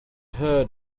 heard